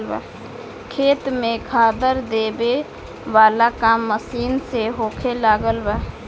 खेत में खादर देबे वाला काम मशीन से होखे लागल बा